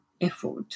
effort